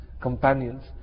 companions